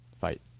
fight